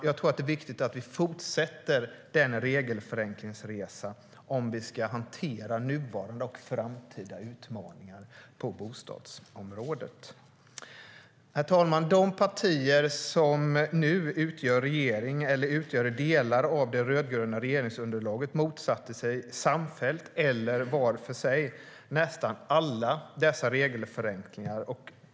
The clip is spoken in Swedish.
Jag tror att det är viktigt att vi fortsätter den regelförenklingsresan om vi ska hantera nuvarande och framtida utmaningar på bostadsområdet. Herr talman! De partier som nu utgör regering, eller som utgör delar av det rödgröna regeringsunderlaget, motsatte sig samfällt eller var för sig nästan alla dessa regelförenklingar.